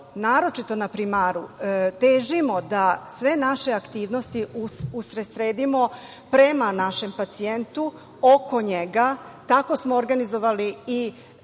naročito na primaru, težimo da sve naše aktivnosti usredsredimo prema našem pacijentu, oko njega, tako smo organizovali i